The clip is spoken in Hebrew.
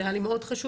זה היה לי מאוד חשוב,